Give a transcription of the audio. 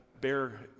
bear